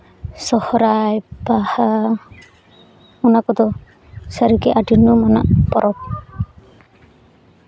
ᱥᱚᱨᱦᱟᱭ ᱵᱟᱦᱟ ᱚᱱᱟ ᱠᱚᱫᱚ ᱥᱟᱹᱨᱤᱜᱮ ᱟᱹᱰᱤ ᱢᱟᱹᱱ ᱨᱮᱱᱟᱜ ᱯᱚᱨᱚᱵᱽ